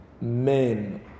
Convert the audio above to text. men